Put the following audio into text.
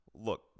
look